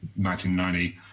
1990